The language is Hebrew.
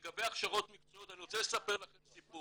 לגבי הכשרות מקצועיות, אני רוצה לספר לכם סיפור.